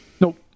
nope